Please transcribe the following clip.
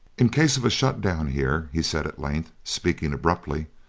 in case of a shut-down here, he said at length, speaking abruptly,